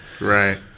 Right